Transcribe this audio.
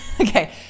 Okay